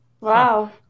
Wow